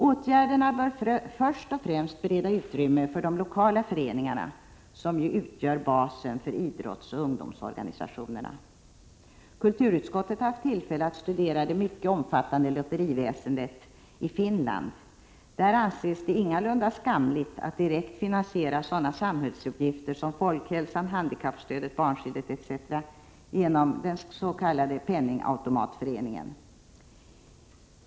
Åtgärderna bör först och främst bereda utrymme för de lokala föreningarna, som ju utgör basen för idrottsoch ungdomsorganisationerna. Kulturutskottet har haft tillfälle att studera det mycket omfattande lotteriväsendet i Finland. Där anses det ingalunda skamligt att direkt finansiera sådana samhällsuppgifter som folkhälsan, handikappstödet, barnskyddet etc. genom den s.k. penningautomatföreningen.